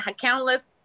countless